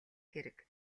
хэрэг